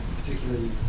particularly